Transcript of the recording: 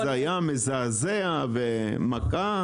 זה היה מזעזע, ומכה.